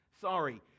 sorry